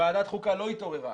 ועדת חוקה לא התעוררה.